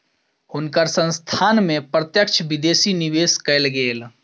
हुनकर संस्थान में प्रत्यक्ष विदेशी निवेश कएल गेल